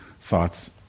thoughts